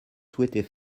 souhaitez